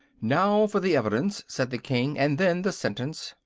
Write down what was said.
now for the evidence, said the king, and then the sentence.